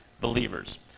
believers